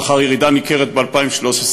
לאחר ירידה ניכרת ב-2013,